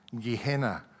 Gehenna